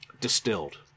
Distilled